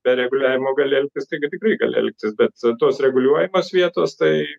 be reguliavimo gali elgtis taigi tikrai gali elgtis bet tos reguliuojamos vietos tai